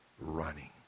running